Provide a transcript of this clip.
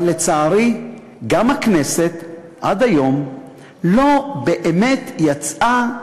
אבל, לצערי, גם הכנסת עד היום לא באמת יצאה